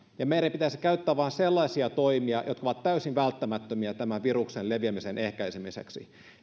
ja meidän pitäisi käyttää vain sellaisia toimia jotka ovat täysin välttämättömiä tämän viruksen leviämisen ehkäisemiseksi